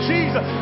Jesus